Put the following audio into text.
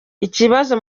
ikibazo